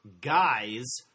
guys